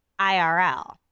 IRL